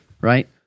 right